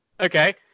Okay